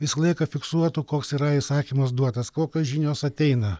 visą laiką fiksuotų koks yra įsakymas duotas kokios žinios ateina